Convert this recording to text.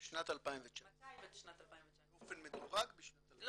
בשנת 2019. מתי בשנת 2019. באופן מדורג בשנת 2019. לא,